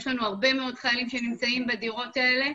יש לנו הרבה מאוד חיילים שנמצאים בדירות האלה.